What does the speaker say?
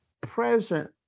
present